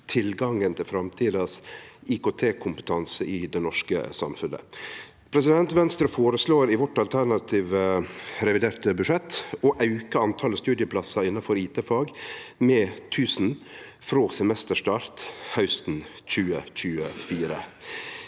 tilgangen til framtidas IKT-kompetanse i det norske samfunnet. Venstre føreslår i vårt alternative reviderte budsjett å auke antalet studieplassar innanfor IT-fag med 1 000, frå semesterstart hausten 2024.